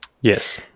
Yes